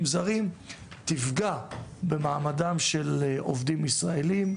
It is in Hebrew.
זרים תפגע במעמדם של עובדים ישראליים,